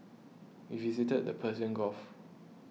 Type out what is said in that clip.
we visited the Persian Gulf